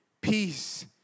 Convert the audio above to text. peace